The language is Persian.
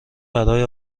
برای